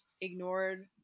ignored